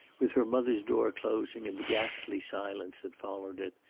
with her mother's door closing and the ghastly silence that followed it,